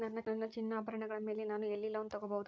ನನ್ನ ಚಿನ್ನಾಭರಣಗಳ ಮೇಲೆ ನಾನು ಎಲ್ಲಿ ಲೋನ್ ತೊಗೊಬಹುದು?